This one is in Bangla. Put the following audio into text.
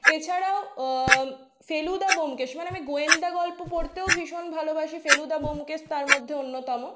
এছাড়াও ফেলুদা ব্যোমকেশ মানে আমি গোয়েন্দা গল্প পড়তেও ভীষণ ভালোবাসি ফেলুদা ব্যোমকেশ তার মধ্যে অন্যতম